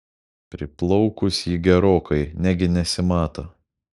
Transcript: priplaukus ji gerokai negi nesimato